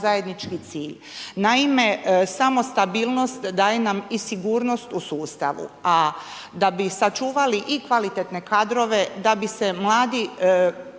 Naime, samo stabilnost daje nam i sigurnost a da bi sačuvali i kvalitetne kadrove, da bi se mladi